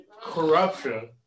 corruption